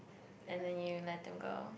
and then you let them go